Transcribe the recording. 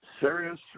serious